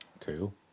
cool